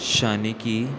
शानीकी